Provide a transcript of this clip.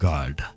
God